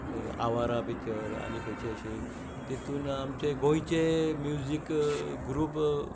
आवारा पिक्चर आनी खंयचें अशें तातूंत आमचे गोंयचे म्युझीक ग्रूप